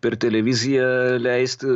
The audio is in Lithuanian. per televiziją leisti